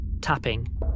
tapping